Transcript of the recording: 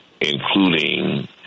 including